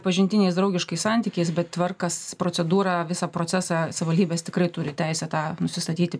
pažintiniais draugiškais santykiais bet tvarkas procedūrą visą procesą savivaldybės tikrai turi teisę tą nusistatyti